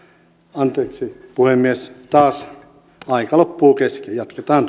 anteeksi puhemies taas aika loppuu kesken jatketaan